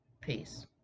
Peace